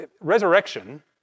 resurrection